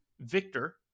Victor